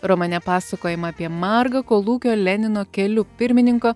romane pasakojama apie margą kolūkio lenino keliu pirmininko